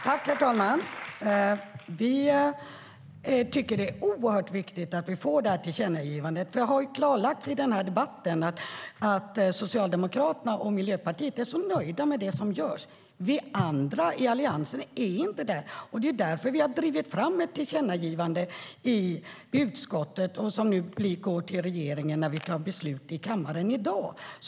Herr talman! Vi tycker att tillkännagivandet är oerhört viktigt. Det har klarlagts i den här debatten att Socialdemokraterna och Miljöpartiet är nöjda med det som görs. Vi i Alliansen är inte det. Det är därför som vi i utskottet har drivit fram ett tillkännagivande till regeringen som vi fattar beslut om i kammaren i dag.